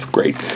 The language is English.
Great